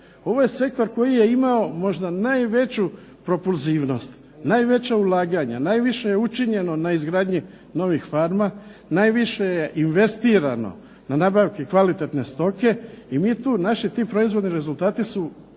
Ovo je sektor koji je imao možda najveću propulzivnost, najveća ulaganja, najviše je učinjeno na izgradnji novih farma, najviše je investirano na nabavki kvalitetne stoke i mi tu, naši ti proizvodni rezultati su izuzetno